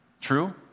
True